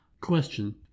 Question